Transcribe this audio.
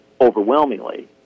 overwhelmingly